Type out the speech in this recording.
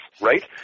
right